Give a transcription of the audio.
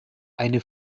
eine